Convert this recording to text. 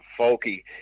folky